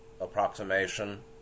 approximation